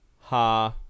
ha